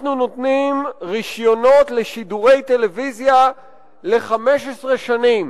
אנחנו נותנים רשיונות לשידורי טלוויזיה ל-15 שנים,